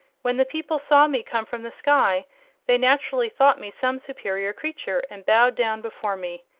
when the people saw me come from the sky they naturally thought me some superior creature, and bowed down before me.